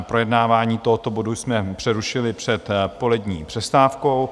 Projednávání tohoto bodu jsme přerušili před polední přestávkou.